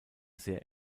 sehr